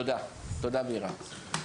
תודה, מירה.